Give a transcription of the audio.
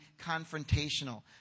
confrontational